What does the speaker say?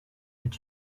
est